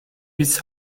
this